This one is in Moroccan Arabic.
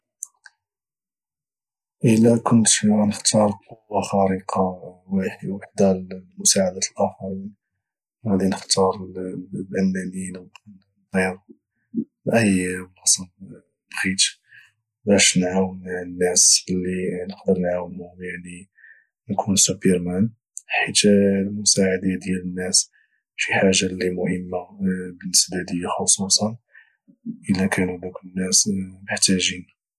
الى كنت غنختار قوة خارقة واحدة لمساعدة الأخرين غادي نختار انني نبقا نطير لأي بلاصة بغيت باش نعاون الناس اللي نقدر نعاونهم يعني نكون سوبر مان حيت المساعدة ديال الناس شي حاجة اللي مهمة بالنسبة ليا خصوصا الى كانو دوك الناس محتاجين